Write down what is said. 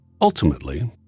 Ultimately